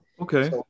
Okay